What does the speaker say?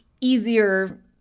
easier